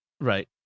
right